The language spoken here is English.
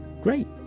great